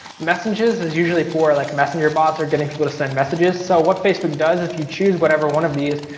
messages is usually for like messenger bots, or getting people to send messages. so what facebook does if you choose whatever one of these,